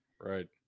Right